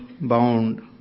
bound